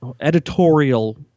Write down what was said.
editorial